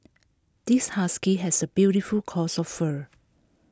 this husky has A beautiful coats of fur